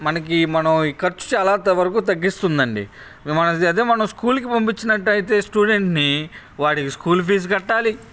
మనకి మనం ఈ ఖర్చు చాలా వరకు తగ్గిస్తుందండి మనం అదే మనం స్కూలుకి పంపించినట్లు అయితే స్టూడెంట్ని వాడికి స్కూల్ ఫీజ్ కట్టాలి